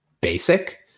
basic